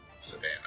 Savannah